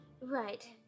Right